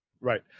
Right